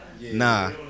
nah